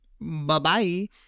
Bye-bye